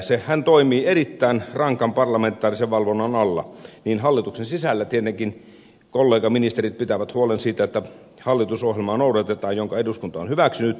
hän toimii erittäin rankan parlamentaarisen valvonnan alla ja hallituksen sisällä tietenkin kollegaministerit pitävät huolen siitä että noudatetaan hallitusohjelmaa jonka eduskunta on hyväksynyt